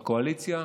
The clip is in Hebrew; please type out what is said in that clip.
בקואליציה,